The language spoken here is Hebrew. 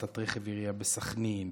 הצתת רכב עירייה בסח'נין,